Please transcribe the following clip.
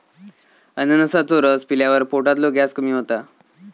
अननसाचो रस पिल्यावर पोटातलो गॅस कमी होता